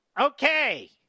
Okay